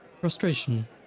frustration